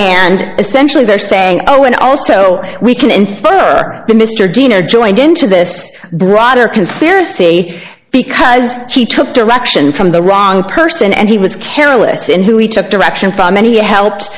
and essentially they're saying oh and also we can infer the mr dean or joined into this broader conspiracy because he took direction from the wrong person and he was careless in who he took direction from any helped